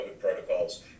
protocols